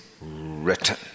written